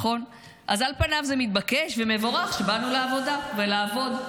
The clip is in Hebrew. על פניו זה מתבקש ומבורך שבאנו לעבודה ולעבוד,